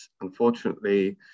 unfortunately